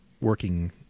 working